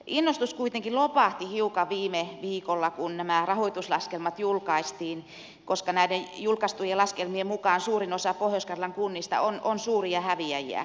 innostus kuitenkin lopahti hiukan viime viikolla kun nämä rahoituslaskelmat julkaistiin koska näiden julkaistujen laskelmien mukaan suurin osa pohjois karjalan kunnista on suuria häviäjiä